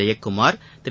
Jayakumar Thiru